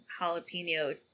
jalapeno